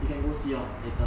you can go see lor later